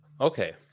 Okay